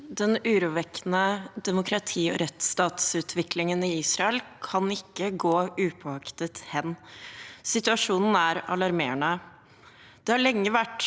Den urovekkende de- mokrati- og rettsstatsutviklingen i Israel kan ikke gå upåaktet hen – situasjonen er alarmerende.